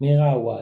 מירה עווד,